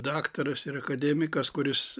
daktaras ir akademikas kuris